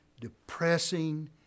depressing